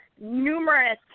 numerous